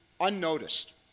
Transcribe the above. unnoticed